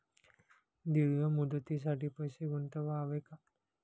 दीर्घ मुदतीसाठी पैसे गुंतवावे का?